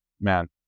man